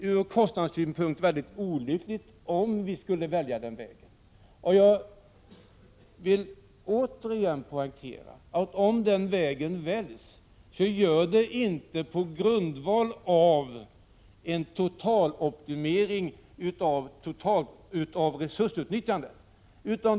Ur kostnadssynpunkt är det mycket olyckligt om vi satsar på kolkondens. Jag vill återigen poängtera att om kolkondens väljs så sker det inte på grundval av en total optimering av resursutnyttjandet.